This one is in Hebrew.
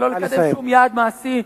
של לא לקדם שום יעד מעשי,